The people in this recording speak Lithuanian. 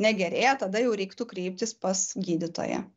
negerėja tada jau reiktų kreiptis pas gydytoją